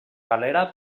galera